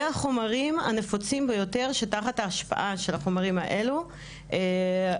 זה החומרים הנפוצים ביותר שתחת ההשפעה של החומרים האלו --- אלינה,